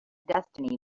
destiny